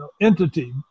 entity